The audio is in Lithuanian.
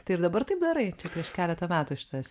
tai ir dabar taip darai čia prieš keletą metų šitas